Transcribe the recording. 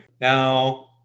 Now